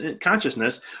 consciousness